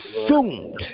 assumed